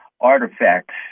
artifacts